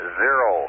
zero